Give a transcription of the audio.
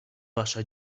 wasza